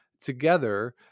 together